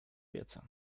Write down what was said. pieca